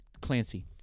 Clancy